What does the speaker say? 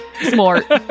Smart